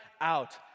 out